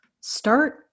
start